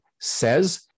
says